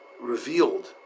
revealed